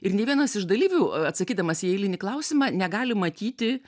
ir nei vienas iš dalyvių a atsakydamas į eilinį klausimą negali matyti